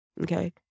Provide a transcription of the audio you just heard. Okay